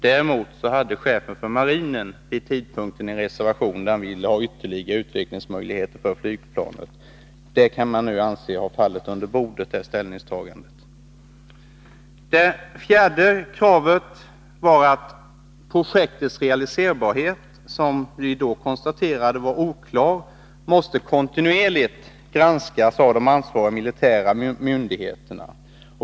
Däremot hade chefen för marinen vid den aktuella tidpunkten en reservation, enligt vilken han ville ha ytterligare utvecklingsmöjligheter för flygplanet. Detta ställningstagande kan nu anses ha fallit under bordet. Det fjärde kravet var att projektets realiserbarhet— som vi då konstaterade var oklar — kontinuerligt måste granskas av de ansvariga militära myndigheterna.